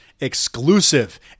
Exclusive